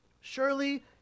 Surely